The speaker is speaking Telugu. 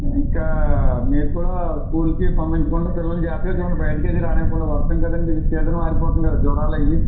ఇంకా మీరు కూడా స్కూల్కి పంపించకుండా పిల్లల్ని జాగ్రత్తగా చూడండి బయటికి అది రానివ్వకుండా వర్షం కదండీ సీజన్ మారిపోతుంది కదా జ్వరాలు అవి